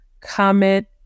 comment